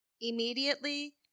Immediately